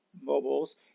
mobiles